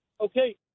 Okay